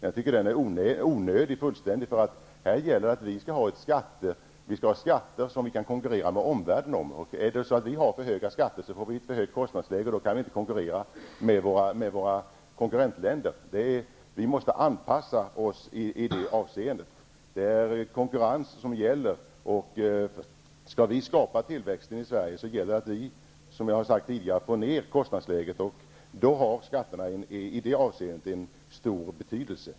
Jag tycker att den diskussionen är fullständigt onödig, för här gäller det att vi skall ha skatter som gör att vi kan konkurrera med omvärlden. Om vi har för höga skatter får vi ett för högt kostnadsläge, och då kan vi inte konkurrera med våra konkurrentländer. Vi måste anpassa oss i det avseendet. Det är konkurrens som gäller, och skall vi skapa tillväxt i Sverige så gäller det, som jag har sagt tidigare, att få ned kostnadsläget. I det avseendet har skatterna stor betydelse.